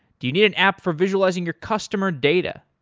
do you need an app for visualizing your customer data?